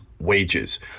wages